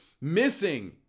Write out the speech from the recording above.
missing